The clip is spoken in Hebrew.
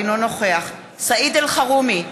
אינו נוכח סעיד אלחרומי,